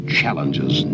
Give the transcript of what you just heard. challenges